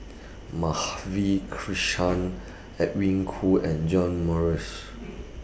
Madhavi Krishnan Edwin Koo and John Morrice